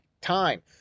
time